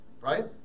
right